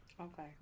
Okay